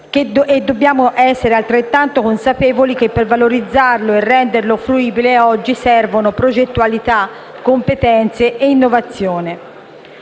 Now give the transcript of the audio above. dobbiamo essere altrettanto consapevoli che per valorizzarlo e renderlo fruibile oggi servono progettualità, competenze ed innovazione.